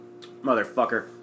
Motherfucker